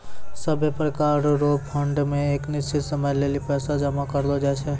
सभै प्रकार रो फंड मे एक निश्चित समय लेली पैसा जमा करलो जाय छै